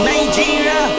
Nigeria